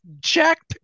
Jack